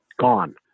gone